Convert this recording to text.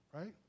right